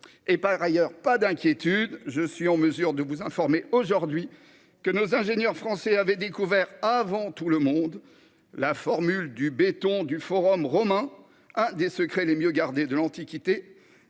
En outre, pas d'inquiétude, je suis en mesure de vous informer que nos ingénieurs français avaient découvert avant tout le monde la formule du béton du forum romain, l'un des secrets les mieux gardés de l'Antiquité,